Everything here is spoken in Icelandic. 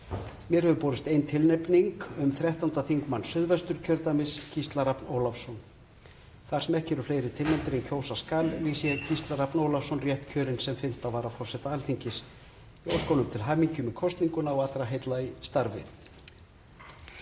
Mér hefur borist ein tilnefning, um 13. þingmann Suðvesturkjördæmis, Gísla Rafn Ólafsson. Þar sem ekki eru fleiri tilnefndir en kjósa skal lýsi ég Gísla Rafn Ólafsson rétt kjörinn sem 5. varaforseta Alþingis. Ég óska honum til hamingju með kosninguna og allra heilla í starfi.